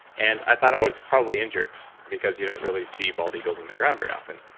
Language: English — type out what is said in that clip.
and i thought i was probably injured because you don't really see bald eagles on the ground very often.